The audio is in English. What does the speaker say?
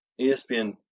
ESPN